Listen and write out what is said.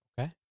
Okay